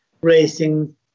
racing